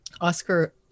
Oscar